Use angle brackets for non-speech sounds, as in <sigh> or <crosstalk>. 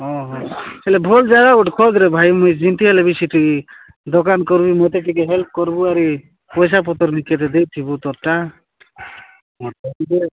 ହଁ ହଁ ହେଲେ ଭଲ ଜାଗା ଗୋଟେ ଖୋଜରେ ଭାଇ ମୁଇଁ ଯେମିତି ହେଲେ ବି ସେଠିକି ଦୋକାନ କରିବି ମତେ ଟିକେ ହେଲ୍ପ କର୍ବୁ ଆରି ପଇସା ପତର ନିକେଟେ ଦେଇଥିବୁ ତୋର୍ଟା ହଁ <unintelligible>